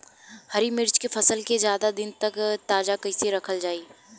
हरि मिर्च के फसल के ज्यादा दिन तक ताजा कइसे रखल जाई?